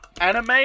anime